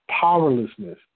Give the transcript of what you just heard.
Powerlessness